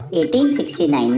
1869